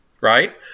right